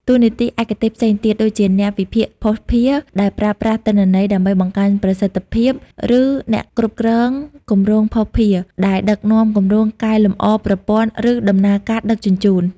តួនាទីឯកទេសផ្សេងទៀត ដូចជាអ្នកវិភាគភស្តុភារ ដែលប្រើប្រាស់ទិន្នន័យដើម្បីបង្កើនប្រសិទ្ធភាព ឬអ្នកគ្រប់គ្រងគម្រោងភស្តុភារ ដែលដឹកនាំគម្រោងកែលម្អប្រព័ន្ធ ឬដំណើរការដឹកជញ្ជូន។